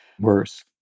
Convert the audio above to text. worse